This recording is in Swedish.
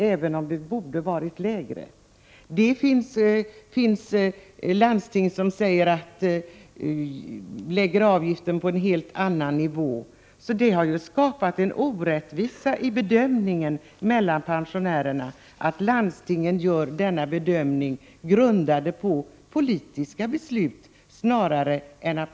även om beloppet borde vara lägre, och avgiftsnivån ligger olika inom olika landsting. Det har skapats orättvisor mellan pensionärer beroende på att landstingen snarare grundar sin bedömning på politiska beslut än på behoven.